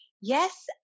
yes